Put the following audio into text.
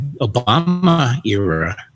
Obama-era